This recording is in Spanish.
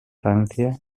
francia